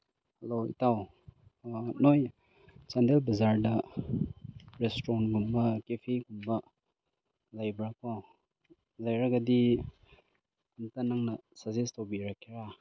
hello ꯏꯇꯥꯎ ꯅꯣꯏ ꯆꯥꯟꯗꯦꯜ ꯕꯖꯥꯔꯗ ꯔꯦꯁꯇꯨꯔꯦꯟꯒꯨꯝꯕ ꯀꯦꯐꯦꯒꯨꯝꯕ ꯂꯩꯕ꯭ꯔꯣ ꯂꯩꯔꯒꯗꯤ ꯑꯝꯇ ꯅꯪꯅ ꯁꯖꯦꯁ ꯇꯧꯕꯤꯔꯛꯀꯦꯔꯥ